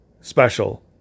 special